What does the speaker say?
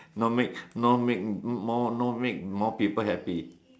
no make no make more no make more people happy